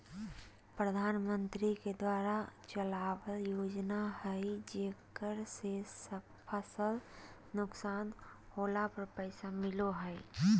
प्रधानमंत्री के द्वारा चलावल योजना हइ जेकरा में फसल नुकसान होला पर पैसा मिलो हइ